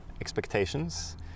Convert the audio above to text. expectations